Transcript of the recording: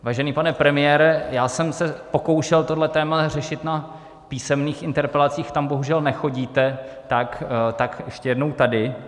Vážený pane premiére, já jsem se pokoušel tohle téma řešit na písemných interpelacích, tam bohužel nechodíte, tak ještě jednou tady.